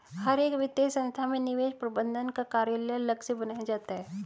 हर एक वित्तीय संस्था में निवेश प्रबन्धन का कार्यालय अलग से बनाया जाता है